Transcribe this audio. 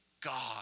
God